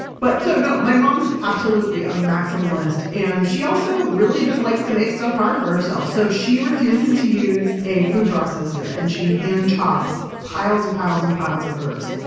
but so, no, my mom's absolutely a maximalist and she also really just likes to make stuff hard for herself. so, she refuses to use a food processor and she hand-chops piles and piles and piles of herbs.